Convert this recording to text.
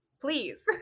please